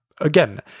again